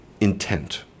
intent